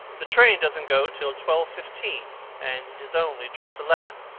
the train doesn't go till twelve-fifteen, and it is only just eleven.